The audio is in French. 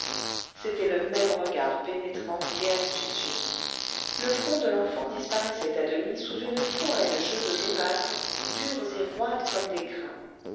c'était le même regard pénétrant et astucieux le front de l'enfant disparaissait à demi sous une forêt de cheveux jaunâtres durs et roides comme des crins